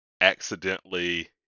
accidentally